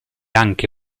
anche